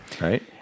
right